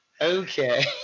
Okay